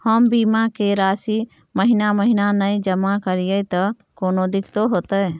हम बीमा के राशि महीना महीना नय जमा करिए त कोनो दिक्कतों होतय?